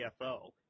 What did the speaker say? CFO